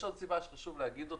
יש עוד סיבה שחשוב להגיד אותה.